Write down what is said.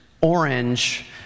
orange